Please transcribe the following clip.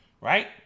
Right